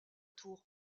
tour